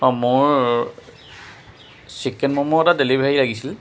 অঁ মোৰ চিকেন ম'ম' এটা ডেলিভাৰী লাগিছিল